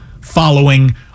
following